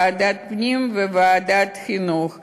ועדת הפנים וועדת החינוך יחד.